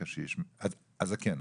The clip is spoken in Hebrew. הקשיש "הזקן",